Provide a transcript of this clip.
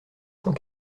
cent